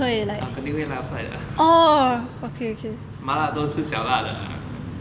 orh 肯定会 laosai 的麻辣都吃小辣了